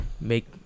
make